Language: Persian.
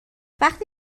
وقتی